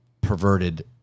perverted